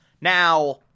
Now